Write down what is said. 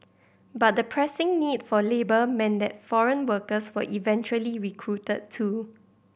but the pressing need for labour meant that foreign workers were eventually recruited too